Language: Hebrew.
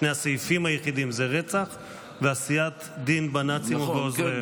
שני הסעיפים היחידים הם רצח ועשיית דין בנאצים ובעוזריהם.